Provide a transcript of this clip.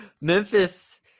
memphis